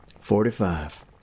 Forty-five